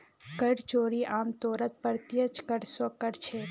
कर चोरी आमतौरत प्रत्यक्ष कर स कर छेक